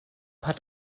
hat